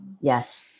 Yes